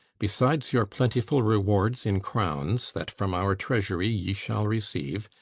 besides your plentiful rewards in crowns, that from our treasury ye shall receive,